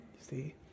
see